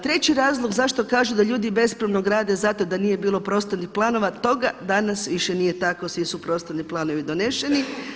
Treći razlog zašto kaže da ljudi bespravno grade je zato da nije bilo prostornih planova toga danas više nije tako, svi su prostorni planovi donošeni.